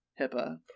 HIPAA